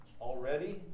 already